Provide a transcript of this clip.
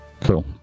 Cool